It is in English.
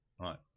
right